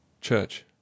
Church